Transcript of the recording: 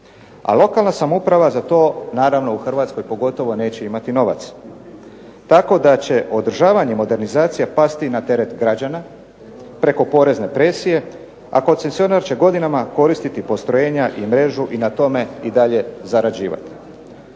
a lokalna samouprava za to naravno u HRvatskoj pogotovo neće imati novaca, tako da će održavanje modernizacija pasti na teret građana preko porezne presije, a koncesionar će godinama koristiti postrojenja i mrežu i na tome dalje zarađivati.